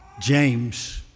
James